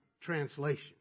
translation